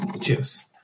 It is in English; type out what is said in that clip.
Cheers